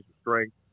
strength